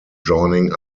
joining